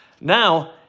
Now